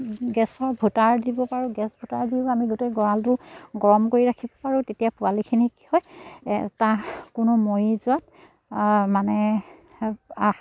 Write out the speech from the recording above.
গেছৰ ভূটাৰ দিব পাৰোঁ গেছ দিওঁ আমি গোটেই গঁৰালটো গৰম কৰি ৰাখিব পাৰোঁ তেতিয়া পোৱালিখিনিক কি হয় তাহ কোনো মৰি যোৱাত মানে আ